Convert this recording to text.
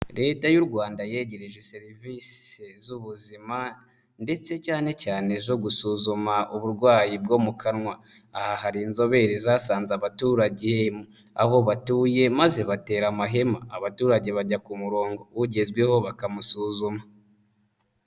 Leta y'u Rwanda yegereje serivisi z'ubuzima, ndetse cyane cyane zo gusuzuma uburwayi bwo mu kanwa. Aha hari inzobere zasanze abaturage aho batuye, maze batera amahema abaturage bajya ku murongo ugezweho bakamusuzuma.